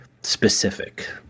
specific